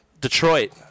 Detroit